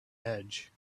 edge